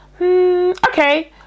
okay